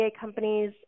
companies